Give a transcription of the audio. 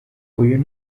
uyu